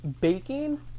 baking